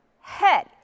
head